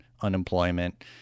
unemployment